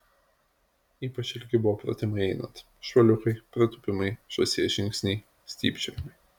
ypač ilgi buvo pratimai einant šuoliukai pritūpimai žąsies žingsniai stypčiojimai